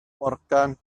morgan